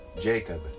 Jacob